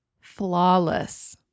Flawless